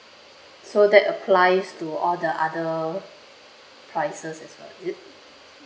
so that applies to all the other prices as well is it